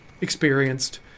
Experienced